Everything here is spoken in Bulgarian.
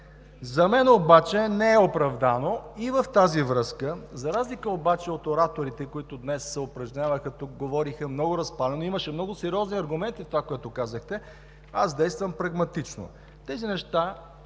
За мен обаче не е оправдано и в тази връзка, за разлика от ораторите, които днес се упражняваха тук, говориха много разпалено, имаше много сериозни аргументи в това, което казаха, аз действам прагматично. Тези неща,